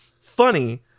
funny